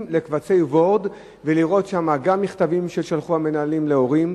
"וורד" ולראות שם גם מכתבים ששלחו מנהלים להורים,